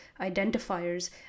identifiers